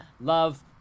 love